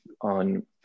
on